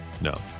No